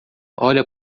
olha